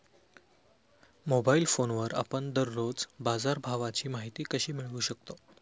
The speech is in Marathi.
मोबाइल फोनवर आपण दररोज बाजारभावाची माहिती कशी मिळवू शकतो?